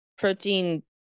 protein